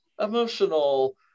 emotional